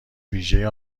ویژه